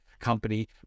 company